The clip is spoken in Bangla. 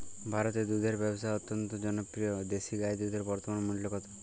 ভারতে দুধের ব্যাবসা অত্যন্ত জনপ্রিয় দেশি গাই দুধের বর্তমান মূল্য কত?